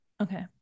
Okay